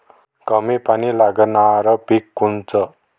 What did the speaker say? कमी पानी लागनारं पिक कोनचं?